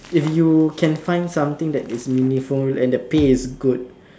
if you can find something that is meaningful and the pay is good